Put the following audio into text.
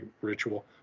ritual